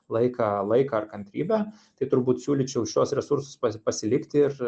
laiką laiką ar kantrybę tai turbūt siūlyčiau šiuos resursus pasilikti ir